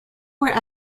were